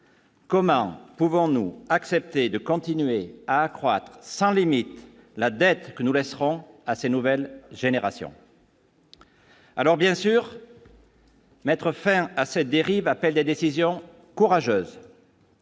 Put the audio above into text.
Comment pouvons-nous accepter de continuer à croître sans limite la dette que nous laisserons à ces nouvelles générations. Alors bien sûr. Mettre fin à cette dérive, appel des décisions courageuses.